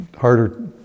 harder